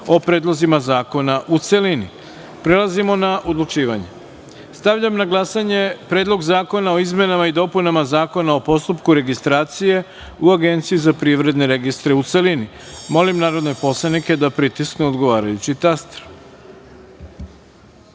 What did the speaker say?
o predlozima zakona u celini. Prelazimo na odlučivanje. Stavljam na glasanje Predlog zakona o izmenama i dopunama Zakona o postupku registracije u Agenciji za privredne registre, u celini. Molim narodne poslanike da pritisnu odgovarajući